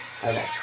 Okay